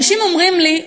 אנשים אומרים לי,